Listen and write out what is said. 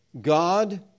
God